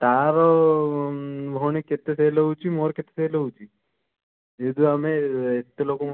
ତା ର ଭଉଣୀ କେତେ ସେଲ୍ ହେଉଛି ମୋର କେତେ ସେଲ୍ ହେଉଛି ଯେହେେତୁ ଆମେ ଏତେ ଲୋକଙ୍କୁ